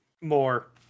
more